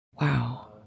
Wow